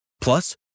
Plus